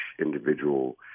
individual